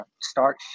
start